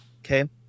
Okay